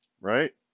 Right